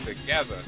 together